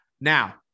Now